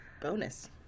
bonus